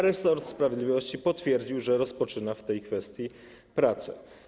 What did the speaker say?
Resort sprawiedliwości potwierdził, że rozpoczyna w tej kwestii prace.